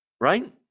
right